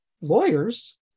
lawyers